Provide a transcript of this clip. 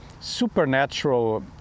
supernatural